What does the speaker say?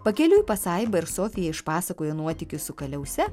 pakeliui pasaiba ir sofija išpasakojo nuotykius su kaliause